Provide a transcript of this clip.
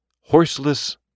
Horseless